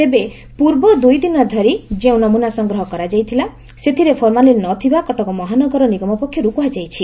ତେବେ ପୂର୍ବ ଦୁଇ ଦିନ ଧରି ଯେଉଁ ନମୁନା ସଂଗ୍ରହ କରାଯାଇଥିଲା ସେଥିରେ ଫର୍ମାଲିନ୍ ନ ଥିବା କଟକ ମହାନଗର ନିଗମ ପକ୍ଷରୁ କୁହାଯାଇଛି